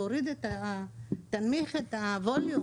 תנמיך את הווליום,